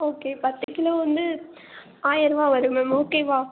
okay பத்து kilo வந்து ஆயரரூவா வரும் மேம் ஓகேவா